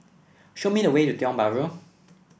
show me the way to Tiong Bahru